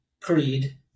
creed